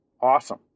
Awesome